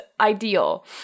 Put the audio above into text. ideal